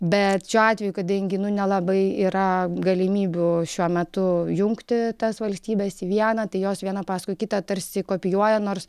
bet šiuo atveju kadangi nu nelabai yra galimybių šiuo metu jungti tas valstybes į vieną tai jos viena paskui kitą tarsi kopijuoja nors